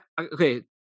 okay